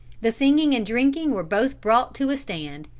the singing and drinking were both brought to a stand,